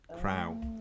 Crow